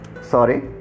Sorry